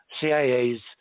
CIA's